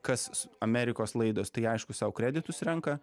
kas s amerikos laidos tai aišku sau kreditus renka